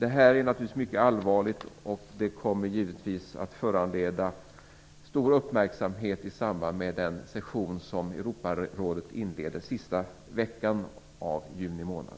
Det här är naturligtvis mycket allvarligt, och det kommer givetvis att föranleda stor uppmärksamhet i samband med den session som Europarådet inleder den sista veckan i juni månad.